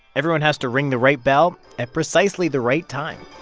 everyone has to ring the right bell at precisely the right time